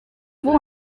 vous